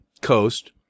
coast